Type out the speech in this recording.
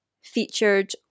featured